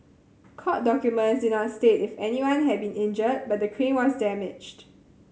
court documents did not state if anyone had been injured but the crane was damaged